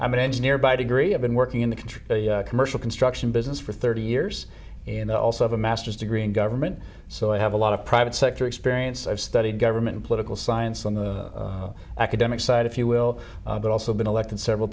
i'm an engineer by degree of been working in the country commercial construction business for thirty years and also have a master's degree in government so i have a lot of private sector experience i've studied government political science on the academic side if you will but also been elected several